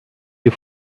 you